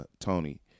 Tony